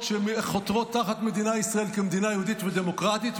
שחותרות תחת מדינת ישראל כמדינה יהודית ודמוקרטית,